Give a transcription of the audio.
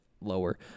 lower